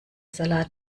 salat